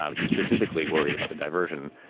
um you specifically worried about the diversion?